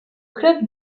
club